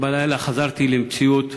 אתמול בלילה חזרתי למציאות